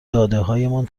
دادههایمان